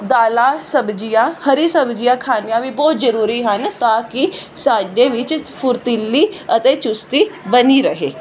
ਦਾਲਾ ਸਬਜੀਆ ਹਰੀ ਸਬਜ਼ੀਆਂ ਖਾਨੀਆਂ ਵੀ ਬਹੁਤ ਜਰੂਰੀ ਹਨ ਤਾਂ ਕਿ ਸਾਡੇ ਵਿੱਚ ਫੁਰਤੀਲੀ ਅਤੇ ਚੁਸਤੀ ਬਣੀ ਰਹੇ